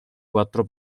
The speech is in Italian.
quattro